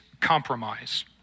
compromise